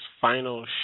final